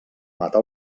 mata